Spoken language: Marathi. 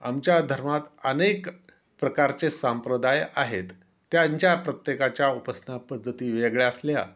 आमच्या धर्मात अनेक प्रकारचे संप्रदाय आहेत त्यांच्या प्रत्येकाच्या उपासना पद्धती वेगळ्या असल्या